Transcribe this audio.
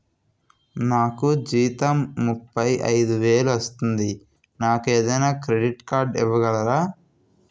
నాకు జీతం ముప్పై ఐదు వేలు వస్తుంది నాకు ఏదైనా క్రెడిట్ కార్డ్ ఇవ్వగలరా?